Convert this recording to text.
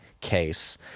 case